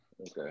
Okay